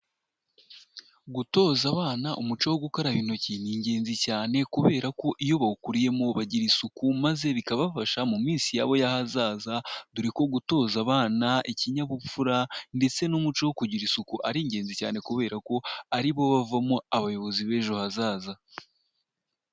Gutoza abana umuco wo gukaraba intoki ni ingenzi cyane kubera ko iyo bawukuriyemo bagira isuku maze bikabafasha mu minsi yabo y'ahazaza, dore ko gutoza abana ikinyabupfura ndetse n'umuco wo kugira isuku ari ingenzi cyane, kubera ko ari bo bavamo abayobozi b'ejo hazaza.